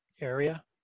area